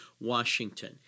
Washington